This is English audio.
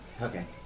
Okay